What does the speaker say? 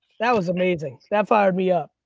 that was amazing, that fired me up.